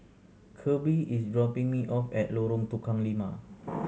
Kirby is dropping me off at Lorong Tukang Lima